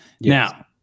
Now